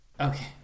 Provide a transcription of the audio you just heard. Okay